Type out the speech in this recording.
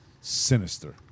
sinister